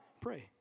Pray